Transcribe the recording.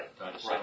Right